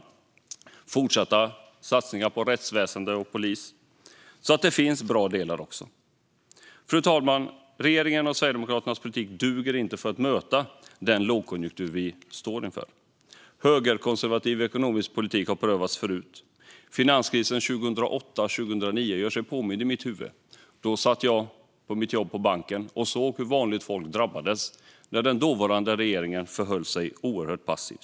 Man fortsätter också med satsningar på rättsväsen och polis. Det finns alltså även bra delar. Fru talman! Regeringens och Sverigedemokraternas politik duger inte för att möta den lågkonjunktur vi står inför. Högerkonservativ ekonomisk politik har prövats förut. Finanskrisen 2008-2009 gör sig påmind i mitt huvud. Då satt jag på mitt jobb på banken och såg hur vanligt folk drabbades när den dåvarande regeringen förhöll sig oerhört passiv.